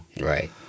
Right